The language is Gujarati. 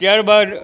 ત્યારબાદ